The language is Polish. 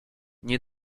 nie